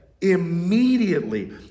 immediately